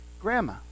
grandma